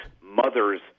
mother's